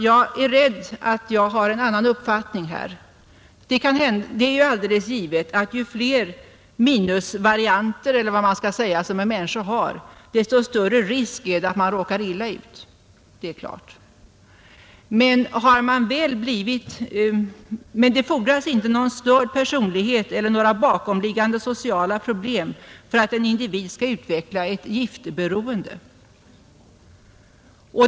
Jag måste säga att jag har en annan uppfattning här. Det är ju alldeles givet att ju fler ”minusvarianter” som en människa har, desto större risk är det att hon råkar illa ut. Men det fordras inte någon störd personlighet eller några bakomliggande sociala problem för att en individ skall utveckla ett giftberoende.